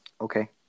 Okay